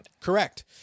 Correct